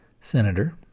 senator